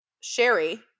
Sherry